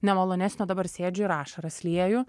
nemalonesnio dabar sėdžiu ir ašaras lieju